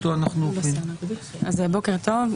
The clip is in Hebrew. בוקר טוב.